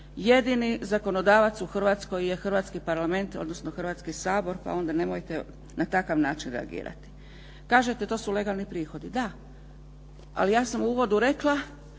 Jedini zakonodavac u Hrvatskoj je Hrvatski parlament, odnosno Hrvatski sabor, pa onda nemojte na takav način reagirati. Kažete, to su legalni prihodi, da ali ja sam u uvodu rekla